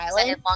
Island